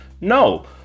No